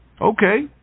okay